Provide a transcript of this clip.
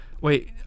wait